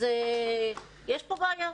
יש פה בעיה.